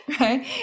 right